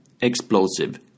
explosive